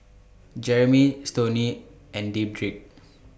Jeremy Stoney and Dedric